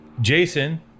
Jason